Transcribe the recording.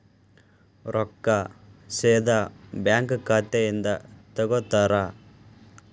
ರೊಕ್ಕಾ ಸೇದಾ ಬ್ಯಾಂಕ್ ಖಾತೆಯಿಂದ ತಗೋತಾರಾ?